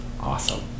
awesome